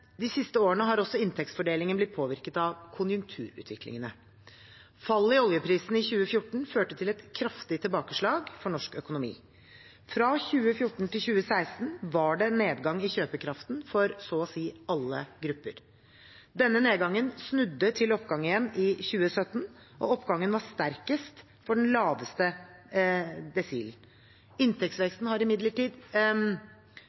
De siste årene har også inntektsfordelingen blitt påvirket av konjunkturutviklingene. Fallet i oljeprisen i 2014 førte til et kraftig tilbakeslag for norsk økonomi. Fra 2014 til 2016 var det nedgang i kjøpekraften for så å si alle grupper. Denne nedgangen snudde til oppgang igjen i 2017, og oppgangen var sterkest for den laveste desilen.